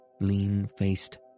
lean-faced